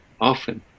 Often